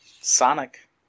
Sonic